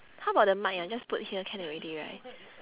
how about the mic ah just put here can already right